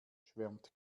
schwärmt